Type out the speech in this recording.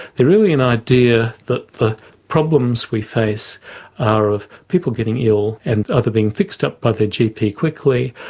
they're really an idea that the problems we face are of people getting ill and either being fixed up by their gp quickly,